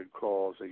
calls